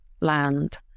land